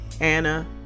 Anna